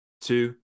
two